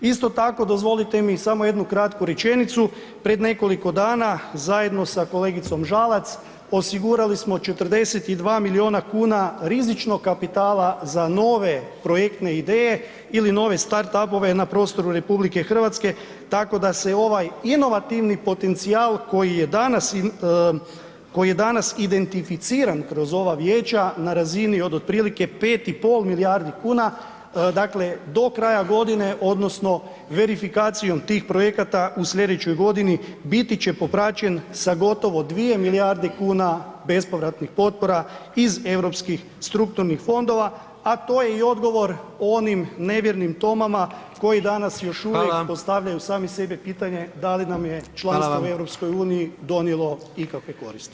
Isto tako dozvolite mi samo jednu kratku rečenicu, pred nekoliko dana zajedno sa kolegicom Žalac osigurali smo 42 miliona kuna rizičnog kapitala za nove projektne ideje ili nove start up-ove na prostoru RH tako da se ovaj inovativni potencijal koji je danas, koji je danas identificiran kroz ova vijeća na razini od otprilike 5,5 milijardi kuna dakle do kraja godine odnosno verifikacijom tih projekata u slijedećoj godini biti će popraćen sa gotovo 2 milijarde kuna bespovratnih potpora iz europskih strukturnih fondova, a to je i odgovor onim nevjernim Tomama koji danas još uvijek [[Upadica: Hvala.]] postavljaju sami sebi pitanje da li nam je članstvo [[Upadica: Hvala vam.]] u EU donijelo ikakve koristi.